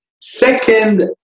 Second